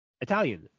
Italian